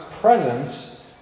presence